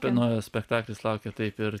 tai naujas spektaklis laukia taip ir